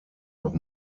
noch